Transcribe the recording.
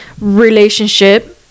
relationship